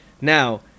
Now